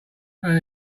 found